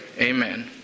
Amen